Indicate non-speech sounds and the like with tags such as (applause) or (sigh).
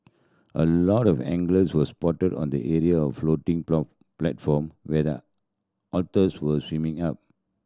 a lot of anglers was spotted on the area of floating (unintelligible) platform where the otters were swimming up